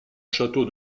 château